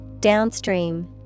Downstream